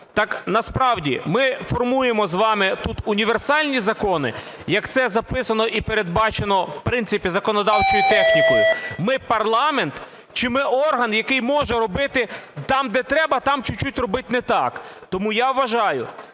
Так насправді ми формуємо з вами тут універсальні закони, як це записано і передбачено, в принципі, законодавчою технікою? Ми парламент чи ми орган, який може робити там, де треба, там чуть-чуть робити на так? Тому я вважаю,